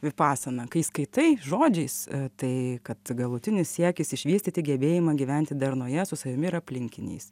vipasaną kai skaitai žodžiais tai kad galutinis siekis išvystyti gebėjimą gyventi darnoje su savimi ir aplinkiniais